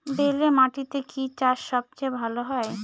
বেলে মাটিতে কি চাষ সবচেয়ে ভালো হয়?